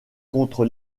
contre